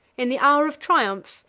in the hour of triumph,